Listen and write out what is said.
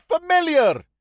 familiar